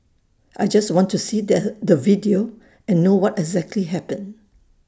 I just want to see that the video and know what exactly happened